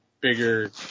bigger